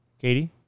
Katie